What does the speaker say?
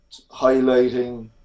highlighting